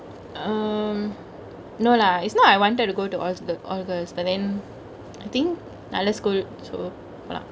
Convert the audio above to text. um no lah it's not I wanted to go to all girls all girls but then I think நல்ல:nalle school so போலா:pola